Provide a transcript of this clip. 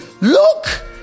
Look